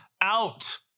out